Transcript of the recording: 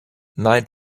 night